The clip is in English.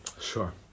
Sure